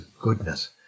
goodness